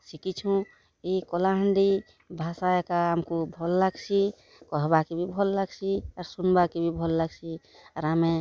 ଶିଖିଛୁଁ ଇ କଳାହାଣ୍ଡି ଭାଷା ଏକା ଆମ୍କୁ ଭଲ୍ ଲାଗ୍ସି କହେବାକେ ବି ଭଲ୍ ଲାଗ୍ସି ଶୁଣ୍ବାକେ ବି ଭଲ୍ ଲାଗ୍ସି ଆର୍ ଆମେ